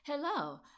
Hello